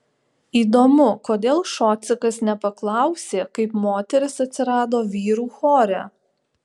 įdomu kodėl šocikas nepaklausė kaip moteris atsirado vyrų chore